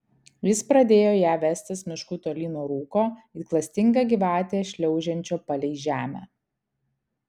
jis pradėjo ją vestis mišku tolyn nuo rūko it klastinga gyvatė šliaužiančio palei žemę